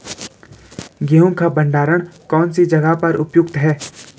गेहूँ का भंडारण कौन सी जगह पर उपयुक्त है?